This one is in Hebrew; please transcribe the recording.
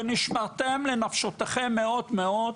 ונשמרתם לנפשותיכם מאוד מאוד,